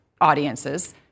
audiences